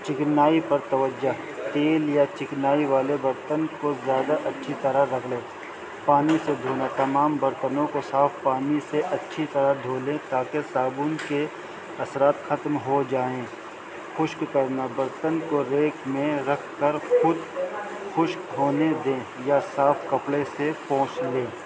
چکنائی پر توجہ تیل یا چکنائی والے برتن کو زیادہ اچھی طرح رکھ لے پانی سے دھونا تمام برتنوں کو صاف پانی سے اچھی طرح دھو لیں تاکہ صابن کے اثرات ختم ہو جائیں خشک کرنا برتن کو ریکیک میں رکھ کر خود خشک ہونے دیں یا صاف کپڑے سے پہنچ لیں